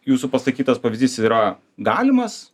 jūsų pasakytas pavyzdys yra galimas